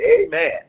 Amen